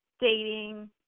dating